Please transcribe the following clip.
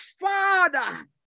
Father